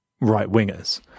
right-wingers